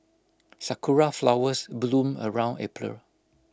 Sakura Flowers bloom around April